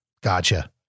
Gotcha